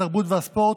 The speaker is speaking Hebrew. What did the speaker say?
התרבות והספורט,